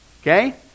okay